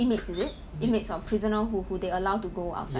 inmates is it inmates or prisoners who who they allow to go outside